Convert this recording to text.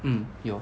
mm 有